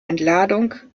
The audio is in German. entladung